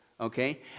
Okay